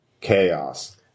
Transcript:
chaos